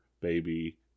baby